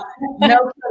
no